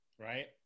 right